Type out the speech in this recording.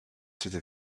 through